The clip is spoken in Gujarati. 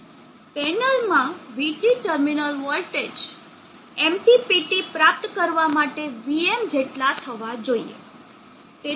પેનલમાં vT ટર્મિનલ વોલ્ટેજ MPPT પ્રાપ્ત કરવા માટે vm જેટલા થવા જોઈએ